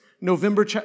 November